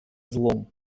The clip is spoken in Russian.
злом